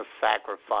sacrifice